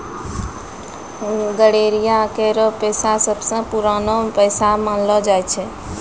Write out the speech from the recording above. गड़ेरिया केरो पेशा सबसें पुरानो पेशा मानलो जाय छै